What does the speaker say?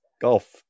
Golf